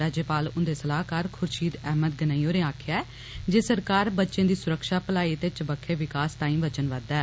राज्यपाल हुंदे सलाहकार खुर्षीद अहमद गनई होरें आक्खेआ ऐ जे सरकार बच्चे दी सुरक्षा भलाई ते चबक्खे विकास तांई वचनबद्व ऐ